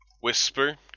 whisper